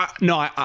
No